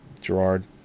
Gerard